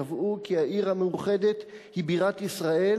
שקבעו כי העיר המאוחדת היא בירת ישראל,